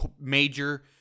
major